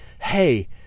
hey